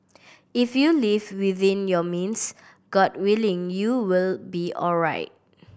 if you live within your means God willing you will be alright